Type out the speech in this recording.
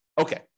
Okay